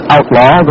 Outlaw